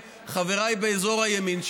חבריי באזור הימין,